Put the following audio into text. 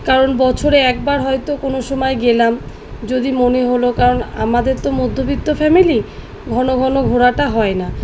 কারণ বছরে একবার হয়তো কোনো সময় গেলাম যদি মনে হলো কারণ আমাদের তো মধ্যবিত্ত ফ্যামিলি ঘন ঘন ঘোরাটা হয় না